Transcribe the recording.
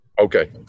Okay